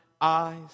eyes